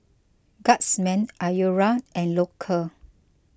Guardsman Iora and Loacker